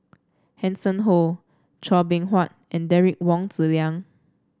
Hanson Ho Chua Beng Huat and Derek Wong Zi Liang